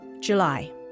July